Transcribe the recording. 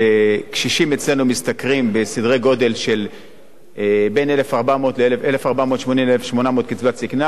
שקשישים אצלנו משתכרים בסדרי-גודל של בין 1,480 ל-1,800 קצבת זיקנה,